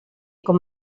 com